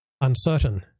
uncertain